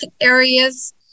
areas